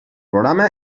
programa